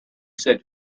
said